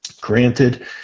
granted